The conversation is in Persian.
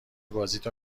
بازیتو